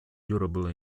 durable